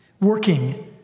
working